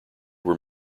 were